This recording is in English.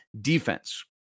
defense